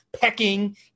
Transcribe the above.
pecking